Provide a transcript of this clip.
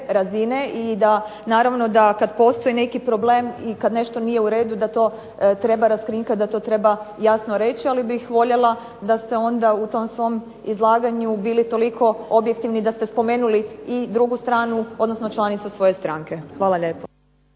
razine i naravno da kad postoji neki problem i kad nešto nije u redu da to treba raskrinkat, da to treba jasno reći, ali bih voljela da ste onda u tom svom izlaganju bili toliko objektivni da ste spomenuli i drugu stranu odnosno članicu svoje stranke. Hvala lijepo.